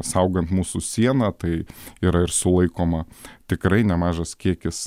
saugant mūsų sieną tai yra ir sulaikoma tikrai nemažas kiekis